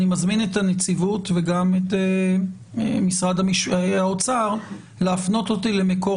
אני מזמין את הנציבות וגם את משרד האוצר להפנות אותי למקור